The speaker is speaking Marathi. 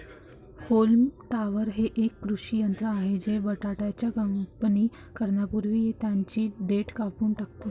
होल्म टॉपर हे एक कृषी यंत्र आहे जे बटाट्याची कापणी करण्यापूर्वी त्यांची देठ कापून टाकते